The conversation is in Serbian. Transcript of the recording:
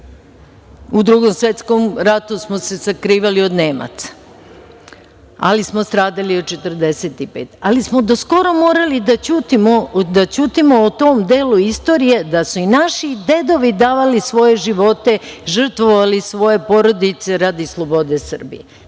U Drugom svetskom ratu smo se sakrivali od Nemaca, ali smo stradali od 1945. godine, ali smo do skoro morali da ćutimo o tom delu istorije da su i naši dedovi svoje živote, žrtvovali svoje porodice radi slobode Srbije.